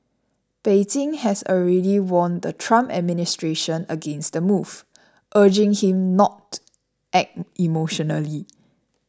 Beijing has already warned the Trump administration against the move urging him not act emotionally